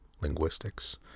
linguistics